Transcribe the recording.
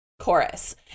chorus